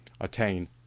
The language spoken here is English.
attain